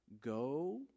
Go